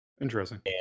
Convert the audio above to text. interesting